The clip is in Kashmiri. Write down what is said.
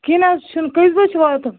کینٛہہ نہ حظ چھُنہٕ کٔژِ بجہ چھُ واتُن